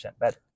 better